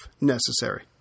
necessary